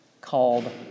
called